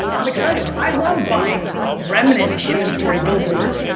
i'm excited. i love buying remnant inventory billboards.